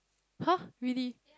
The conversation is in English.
!huh! really